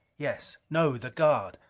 yes. no the guard.